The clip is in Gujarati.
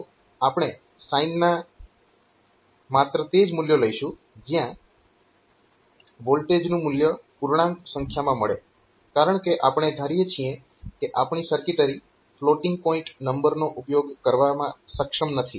તો આપણે સાઈનના માત્ર તે જ મૂલ્યો લઈશું જ્યાં વોલ્ટેજનું મૂલ્ય પૂર્ણાંક સંખ્યામાં મળે કારણકે આપણે ધારીએ છીએ કે આપણી સર્કિટરી ફ્લોટિંગ પોઈન્ટ નંબરનો ઉપયોગ કરવામાં સક્ષમ નથી